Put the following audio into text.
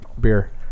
beer